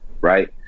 right